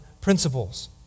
principles